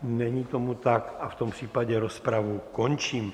Není tomu tak a v tom případě rozpravu končím.